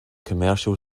commercial